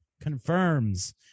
confirms